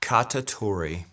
Katatori